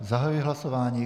Zahajuji hlasování.